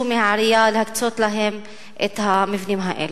מהעירייה להקצות להן את המבנים האלה.